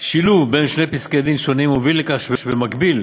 שילוב בין שני פסקי-דין שונים הוביל לכך שבמקביל,